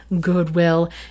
goodwill